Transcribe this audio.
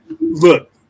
look